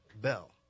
Bell